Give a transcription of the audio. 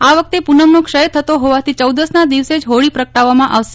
આ વખતે પૂનમનો ક્ષય થતો હોવાથી ચૌદસના દિવસે જ હોળી પ્રગટાવવામાં આવશે